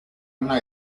una